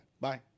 bye